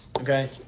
okay